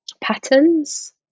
patterns